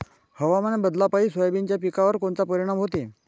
हवामान बदलापायी सोयाबीनच्या पिकावर कोनचा परिणाम होते?